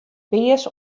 pears